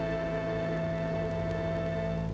and